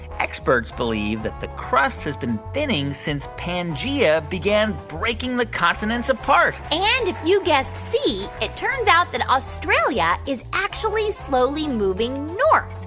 experts believe that the crust has been thinning since pangea began breaking the continents apart and if you guessed c, it turns out that australia is actually slowly moving north.